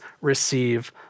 receive